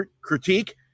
critique